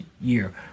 year